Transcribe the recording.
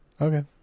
Okay